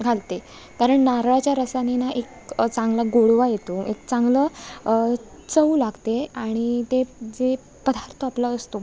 घालते कारण नारळाच्या रसाने ना एक चांगला गोडवा येतो एक चांगलं चव लागते आणि ते जे पदार्थ आपला असतो